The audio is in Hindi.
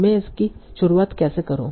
मैं इसकी शुरुआत कैसे करूं